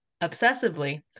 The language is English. obsessively